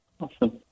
awesome